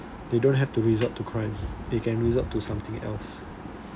they don't have to resort to crime they can resort to something else yes I understand what you uh